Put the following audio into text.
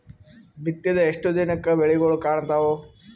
ಬಿತ್ತಿದ ಎಷ್ಟು ದಿನಕ ಬೆಳಿಗೋಳ ಕಾಣತಾವ?